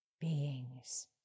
beings